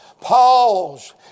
pause